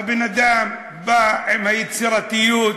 הבן-אדם בא עם היצירתיות להגיד,